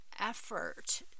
effort